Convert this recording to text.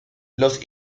los